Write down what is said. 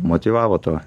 motyvavo tuo